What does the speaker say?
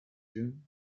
room